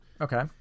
Okay